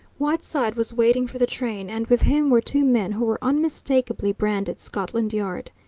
whiteside was waiting for the train, and with him were two men who were unmistakably branded scotland yard.